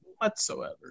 whatsoever